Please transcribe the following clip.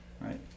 Right